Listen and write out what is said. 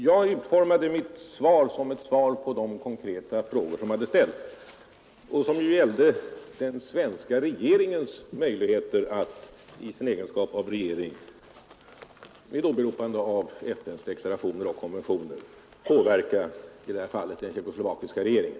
Jag utformade mitt svar som ett svar på de konkreta frågor som hade ställts och som ju gällde den svenska regeringens möjligheter att i sin egenskap av regering, med åberopande av FN:s deklarationer och konventioner, påverka i det här fallet den tjeckoslovakiska regeringen.